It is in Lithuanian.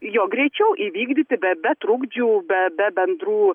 jo greičiau įvykdyti be be trukdžių be be bendrų